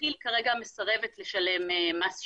כי"ל כרגע מסרבת לשלם מס ששינסקי.